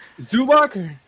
Zubak